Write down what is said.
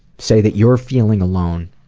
say that you're feeling alone.